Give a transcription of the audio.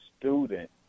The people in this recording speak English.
student